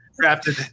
drafted